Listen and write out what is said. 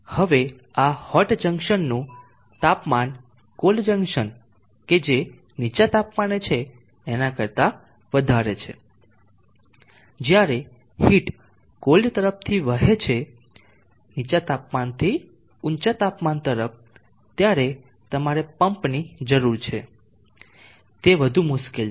હવે આ hot junction નું તાપમાન કોલ્ડ જંકશન જે નીચા તાપમાને છેએના કરતા વધારે છે જ્યારે હીટ કોલ્ડ તરફથી વહે છે નીચા તાપમાન થી ઊંચા તાપમાન તરફ ત્યારે તમારે પંપની જરૂર છે તે વધુ મુશ્કેલ છે